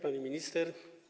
Pani Minister!